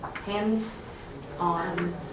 Hands-on